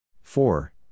four